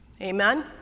Amen